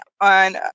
on